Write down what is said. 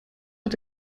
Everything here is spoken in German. hat